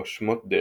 או "שמות דרבי"